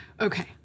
Okay